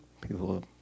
people